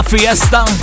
Fiesta